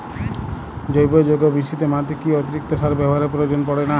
জৈব যৌগ মিশ্রিত মাটিতে কি অতিরিক্ত সার ব্যবহারের প্রয়োজন পড়ে না?